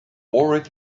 already